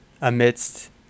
amidst